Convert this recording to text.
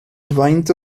faint